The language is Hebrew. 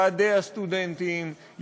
ועדי הסטודנטים,